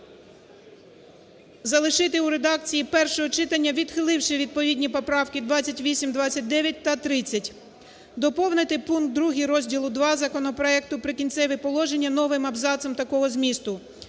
залишити у редакції першого читання, відхиливши відповідні поправки 28, 29 та 30. Доповнити пункт 2 розділу ІІ законопроекту Прикінцеві положення новим абзацом такого змісту: